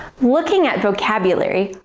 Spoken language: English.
looking at vocabulary,